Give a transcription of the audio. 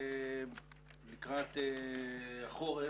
לקראת החורף,